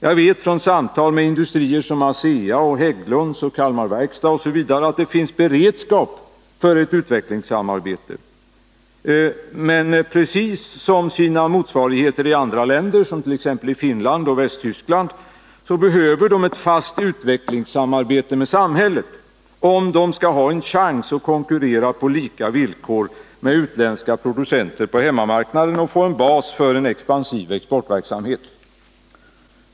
Jag vet från samtal med industrier som ASEA, Hägglunds, Kalmar Verkstad osv. att det finns beredskap för ett utvecklingssamarbete. Men precis som sina motsvarigheter i andra länder, t.ex. i Finland och i Västtyskland, behöver de ett fast utvecklingssamarbete med samhället om de skall ha en chans att konkurrera på lika villkor med utländska producenter på hemmamarknaden och få en bas för en expansiv exportverksamhet.